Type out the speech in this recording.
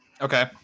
Okay